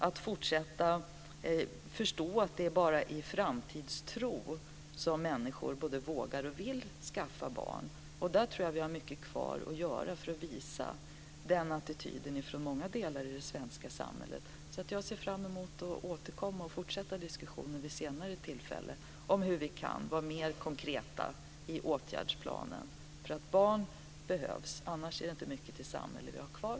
Det gäller att förstå att det bara med framtidstro som människor både vågar och vill skaffa barn. Där tror jag att vi har mycket kvar att göra för att visa den attityden från många delar av det svenska samhället. Jag ser alltså fram emot att få återkomma och fortsätta diskussionen vid ett senare tillfälle om hur vi kan vara med konkreta i åtgärdsplanen. För barn behövs - annars är det inte mycket till samhälle vi har kvar.